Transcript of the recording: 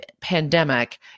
pandemic